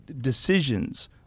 decisions